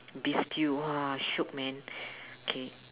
beef stew !wah! shiok man K